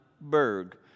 Berg